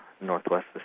northwest